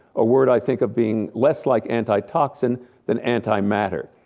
a word i think of being less like anti-toxin than anti-matter.